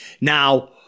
Now